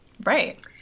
Right